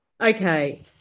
Okay